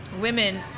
women